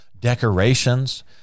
decorations